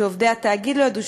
שעובדי התאגיד לא ידעו,